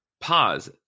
Pause